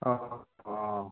অঁ অঁ অঁ